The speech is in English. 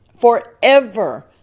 forever